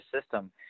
system